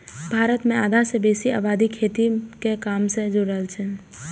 भारत मे आधा सं बेसी आबादी खेती के काम सं जुड़ल छै